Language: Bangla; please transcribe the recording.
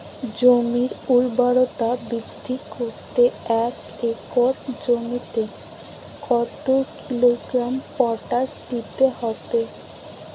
জমির ঊর্বরতা বৃদ্ধি করতে এক একর জমিতে কত কিলোগ্রাম পটাশ দিতে হবে?